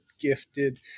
gifted